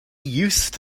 used